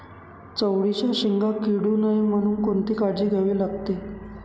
चवळीच्या शेंगा किडू नये म्हणून कोणती काळजी घ्यावी लागते?